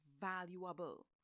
valuable